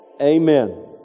amen